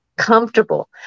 comfortable